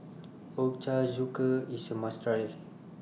Ochazuke IS A must Try